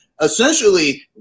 essentially